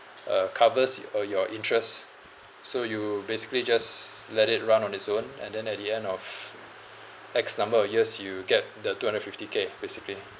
uh covers you or your interest so you basically just let it run on its own and then at the end of X number of years you get the two hundred fifty K basically